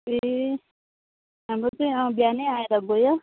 ए हाम्रो चाहिँ बिहानै आएर गयो